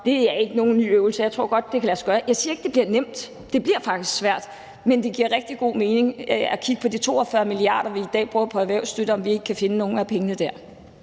det er ikke nogen ny øvelse, og jeg tror godt, det kan lade sig gøre. Jeg siger ikke, det bliver nemt, det bliver faktisk svært, men det giver rigtig god mening at kigge på de 42 mia. kr., vi i dag bruger på erhvervsstøtte, for at se på, om vi ikke kan finde nogle af pengene der.